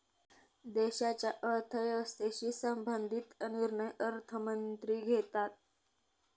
देशाच्या अर्थव्यवस्थेशी संबंधित निर्णय अर्थमंत्री घेतात